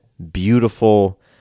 beautiful